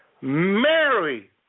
Mary